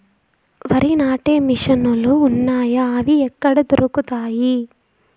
వరి నాటే మిషన్ ను లు వున్నాయా? అవి ఎక్కడ దొరుకుతాయి?